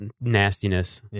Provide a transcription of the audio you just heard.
nastiness